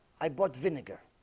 i bought vinegar